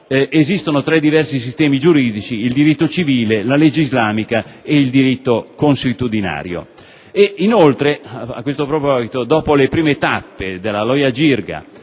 esistono tre diversi sistemi giuridici: il diritto civile, la legge islamica e il diritto consuetudinario.